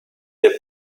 der